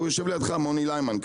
הוא יושב לידך, מוני ליימן.